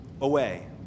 away